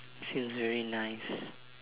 seems very nice